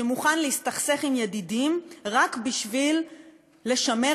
שמוכן להסתכסך עם ידידים רק בשביל לשמר